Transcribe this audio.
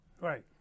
Right